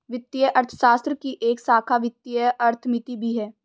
वित्तीय अर्थशास्त्र की एक शाखा वित्तीय अर्थमिति भी है